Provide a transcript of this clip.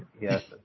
Yes